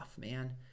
man